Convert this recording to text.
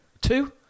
Two